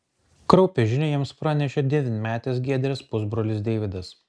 kraupią žinią jiems pranešė devynmetis giedrės pusbrolis deividas